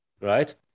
right